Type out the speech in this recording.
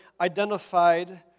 identified